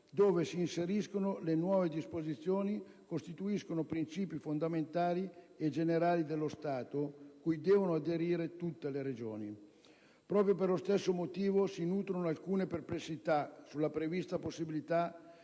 dove si inseriscono le nuove disposizioni, costituiscono principi fondamentali e generali dello Stato cui devono aderire tutte le Regioni. Proprio per lo stesso motivo si nutrono alcune perplessità sulla prevista possibilità